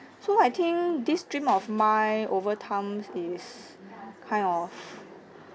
so I think this dream of mine over time is kind of